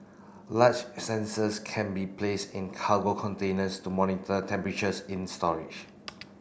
large sensors can be place in cargo containers to monitor temperatures in storage